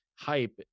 hype